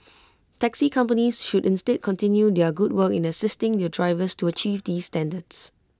taxi companies should instead continue their good work in assisting their drivers to achieve these standards